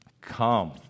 come